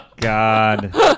God